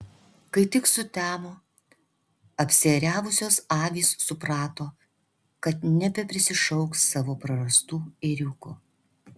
kai tik sutemo apsiėriavusios avys suprato kad nebeprisišauks savo prarastų ėriukų